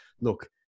look